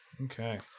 Okay